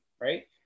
right